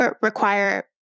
require